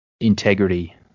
integrity